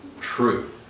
true